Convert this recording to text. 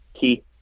key